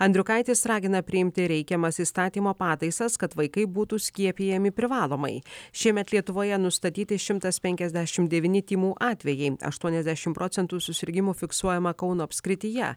andriukaitis ragina priimti reikiamas įstatymo pataisas kad vaikai būtų skiepijami privalomai šiemet lietuvoje nustatyti šimtas penkiasdešim devyni tymų atvejai aštuoniasdešim procentų susirgimų fiksuojama kauno apskrityje